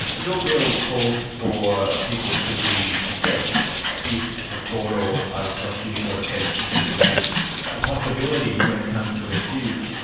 your bill calls for people to be assessed if the court or either the prosecution or defence thinks that is a possibility when it comes to an accused.